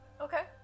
Okay